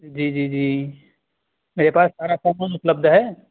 جی جی جی میرے پاس سارا سامان اپلبدھ ہے